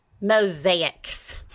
mosaics